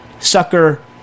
Sucker